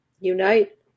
unite